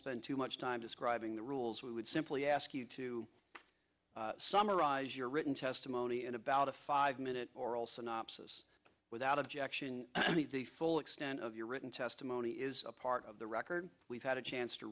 spend too much time describing the rules we would simply ask you to summarize your written testimony in about a five minute or olson up says without objection folie extent of your written testimony is part of the record we've had a chance to